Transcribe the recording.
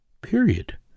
period